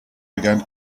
began